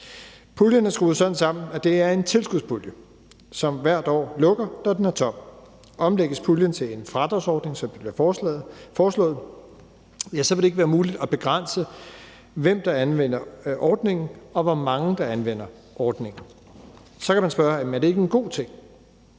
Puljen er skruet sådan sammen, at det er en tilskudspulje, som hvert år lukker, når den er tom. Omlægges puljen til en fradragsordning, som det bliver foreslået, vil det ikke være muligt at begrænse, hvem der anvender ordningen, og hvor mange der anvender ordningen. Så kan man spørge: Er det ikke en god ting?